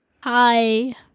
Hi